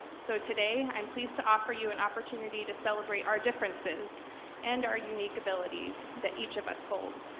so today i'm pleased to offer you an opportunity to celebrate our differences and our unique abilities that each of us hold,